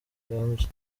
rirambye